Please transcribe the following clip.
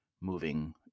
moving